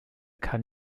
kann